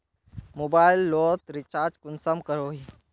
Mobile लोत recharge कुंसम करोही?